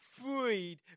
freed